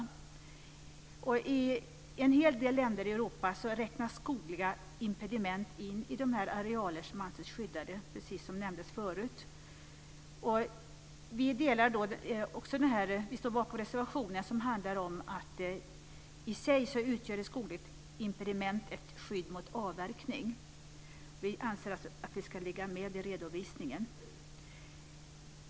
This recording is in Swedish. I en hel del länder i Europa räknas skogliga impediment in i de arealer som anses skyddade. Vi står bakom reservationen som handlar om att ett skogligt impediment i sig utgör ett skydd mot avverkning. Vi anser alltså att det ska ligga med i redovisningen.